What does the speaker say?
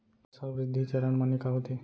फसल वृद्धि चरण माने का होथे?